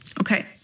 Okay